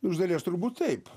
iš dalies turbūt taip